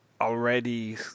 already